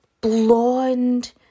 blonde